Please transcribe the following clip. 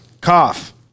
Cough